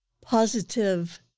positive